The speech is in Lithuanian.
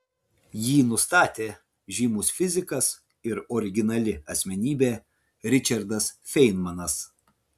jį nustatė žymus fizikas ir originali asmenybė ričardas feinmanas